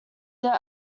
there